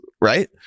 right